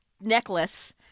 necklace